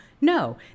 no